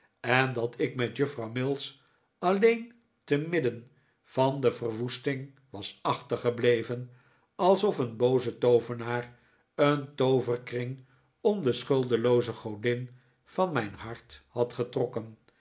en dat ik met juffrouw mills alleen te midden van de verwoesting was achtergebleven alsof een booze toovenaar een tooverkring om de schuldelooze godin van mijn hart had getrokken